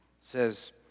says